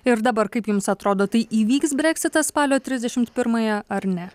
ir dabar kaip jums atrodo tai įvyks breksitas spalio trisdeimt pirmąją ar ne